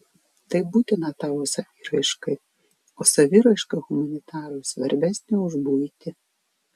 tai būtina tavo saviraiškai o saviraiška humanitarui svarbesnė už buitį